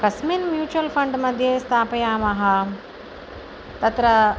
कस्मिन् म्यूचुवल् फ़ण्ड्मध्ये स्थापयामः तत्र